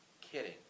kidding